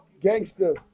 gangster